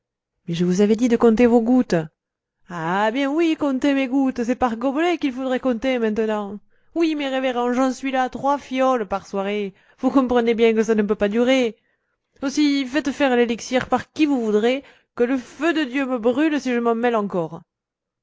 mais je vous avais dit de compter vos gouttes ah bien oui compter mes gouttes c'est par gobelets qu'il faudrait compter maintenant oui mes révérends j'en suis là trois fioles par soirée vous comprenez bien que cela ne peut pas durer aussi faites faire l'élixir par qui vous voudrez que le feu de dieu me brûle si je m'en mêle encore